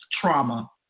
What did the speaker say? trauma